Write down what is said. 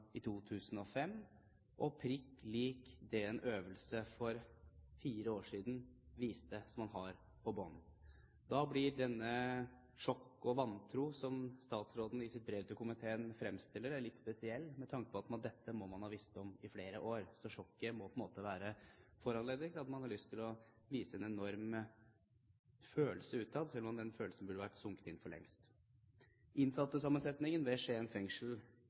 i 2005 og prikk likt det en øvelse for fire år siden viste, og som man har på bånd. Da blir dette sjokk og denne vantro – som statsråden fremstiller det i sitt brev til komiteen – litt spesiell, med tanke på at dette måtte man ha visst om i flere år. Så sjokket må på en måte være foranlediget av at man har lyst til å vise en enorm følelse utad, selv om den følelsen burde ha vært sunket inn for lengst. Innsattesammensetningen ved Skien fengsel